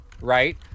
right